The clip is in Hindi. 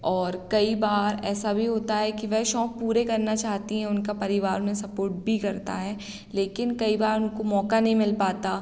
और कई बार ऐसा भी होता है कि वह शौक़ पूरे करना चाहती हैं उनका परिवार उन्हें सपोर्ट भी करता है लेकिन कई बार उनको मौका नहीं मिल पाता